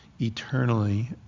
eternally